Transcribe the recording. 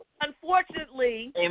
Unfortunately